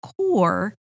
core